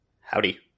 Howdy